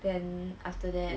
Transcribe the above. then after that